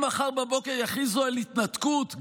אם מחר בבוקר יכריזו על התנתקות,